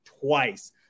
twice